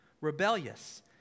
rebellious